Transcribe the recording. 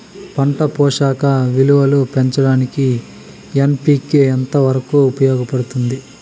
పంట పోషక విలువలు పెంచడానికి ఎన్.పి.కె ఎంత వరకు ఉపయోగపడుతుంది